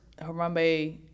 Harambe